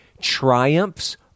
triumphs